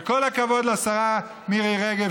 וכל הכבוד לשרה מירי רגב,